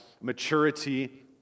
maturity